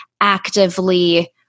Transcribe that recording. actively